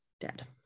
dead